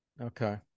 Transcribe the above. Okay